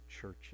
churches